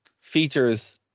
features